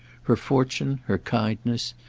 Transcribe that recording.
her fortune, her kindness,